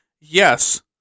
yes